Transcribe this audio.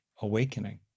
awakening